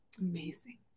Amazing